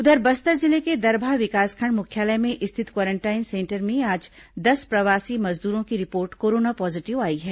उधर बस्तर जिले के दरभा विकासखंड मुख्यालय में स्थित क्वारेंटाइन सेंटर में आज दस प्रवासी मजदूरों की रिपोर्ट कोरोना पॉजीटिव आई है